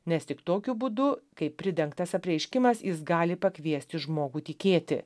nes tik tokiu būdu kaip pridengtas apreiškimas jis gali pakviesti žmogų tikėti